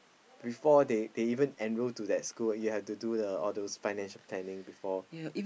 before they they even enroll to that school you have to do the all those finance planning before